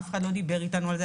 אף אחד לא דיבר אתנו על זה,